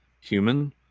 human